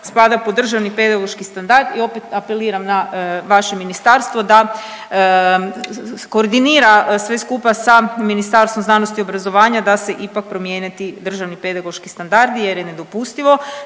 spada pod Državni pedagoški standard i opet apeliram na vaše ministarstvo da koordinira sve skupa sa Ministarstvom znanosti i obrazovanja da se ipak promijene ti državni pedagoški standardi jer je nedopustivo